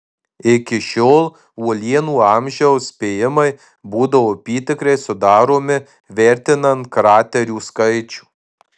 iki šiol uolienų amžiaus spėjimai būdavo apytikriai sudaromi vertinant kraterių skaičių